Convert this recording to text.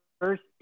first